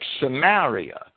Samaria